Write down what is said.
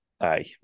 Aye